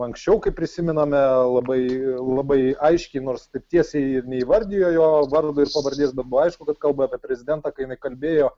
anksčiau kaip prisimename labai labai aiškiai nors taip tiesiai ir neįvardijo jo vardo ir pavardės dabar aišku kad kalba apie prezidentą kai jinai kalbėjo